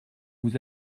vous